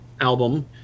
album